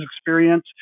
experience